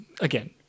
again